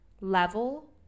Level